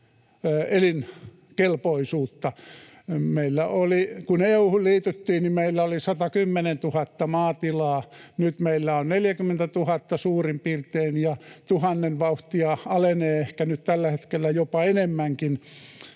elinkelpoisuutta. Kun EU:hun liityttiin, niin meillä oli 110 000 maatilaa. Nyt meillä on suurin piirtein 40 000 ja tuhannen vauhtia alenee, ehkä tällä hetkellä jopa enemmänkin.